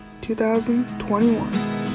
2021